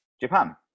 Japan